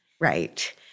Right